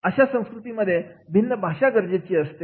अशा संस्कृतीमध्ये भिन्न भाषा गरजेचे असते